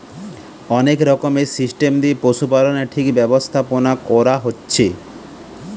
অনেক রকমের সিস্টেম দিয়ে পশুপালনের ঠিক ব্যবস্থাপোনা কোরা হচ্ছে